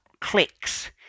clicks